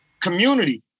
Community